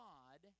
God